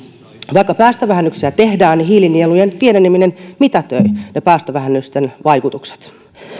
vaikka päästövähennyksiä tehdään niin hiilinielujen pieneneminen mitätöi päästövähennysten vaikutukset